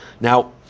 now